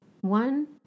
One